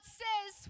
says